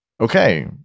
okay